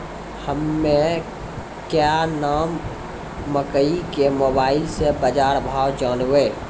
हमें क्या नाम मकई के मोबाइल से बाजार भाव जनवे?